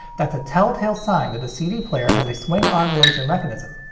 that's a tell-tale sign that the cd player has a swing-arm laser mechanism.